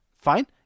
fine